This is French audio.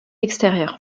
extérieure